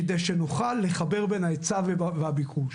כדי שנוכל לחבר בין ההיצע והביקוש.